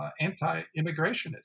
anti-immigrationism